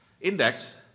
index